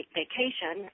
vacation